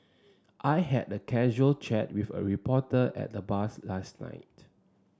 I had a casual chat with a reporter at the bars last night